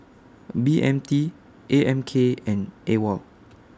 B M T A M K and AWOL